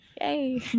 Yay